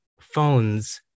phones